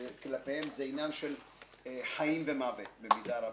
שכלפיהם זה עניין של חיים ומוות במידה רבה.